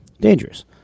dangerous